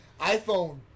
iPhone